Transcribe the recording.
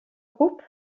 groupe